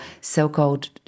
so-called